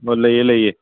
ꯂꯩꯌꯦ ꯂꯩꯌꯦ